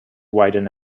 widen